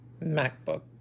MacBook